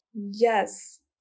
Yes